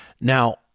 Now